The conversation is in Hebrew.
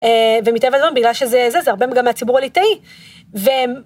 ומטבע הדברים בגלל שזה זה זה הרבה גם מהציבור הליטאי ו.